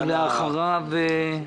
בבקשה.